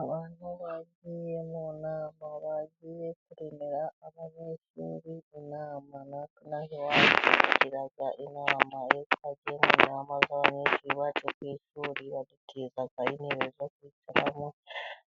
Abantu bagiye mu nama bagiye kuremera abanyeshuri inama, natwe ino aha iwacu tugira inama, iyo twagiye mu nama z'abanyeshuri bacu ku ishuri, badutiza intebe zo kwiracamo